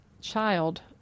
child